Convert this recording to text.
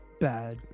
bad